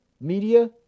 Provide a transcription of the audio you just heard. media